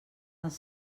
els